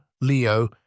Leo